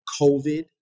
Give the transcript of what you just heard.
COVID